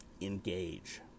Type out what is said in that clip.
engage